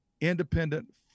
independent